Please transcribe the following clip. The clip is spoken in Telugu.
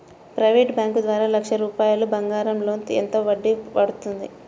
ప్రైవేట్ బ్యాంకు ద్వారా లక్ష రూపాయలు బంగారం లోన్ ఎంత వడ్డీ పడుతుంది?